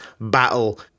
battle